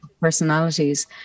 personalities